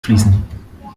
fließen